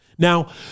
Now